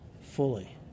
fully